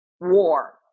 war